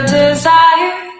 desire